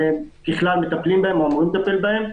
ככלל מטפלים בהם או אמורים לטפל בהם.